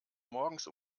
morgens